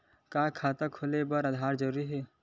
का खाता खोले बर आधार जरूरी हे?